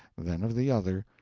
then of the other,